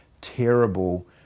terrible